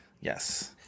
Yes